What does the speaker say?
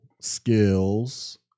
skills